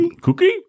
cookie